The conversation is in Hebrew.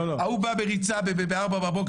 הוא בא בריצה בשעה 04:00,